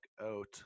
out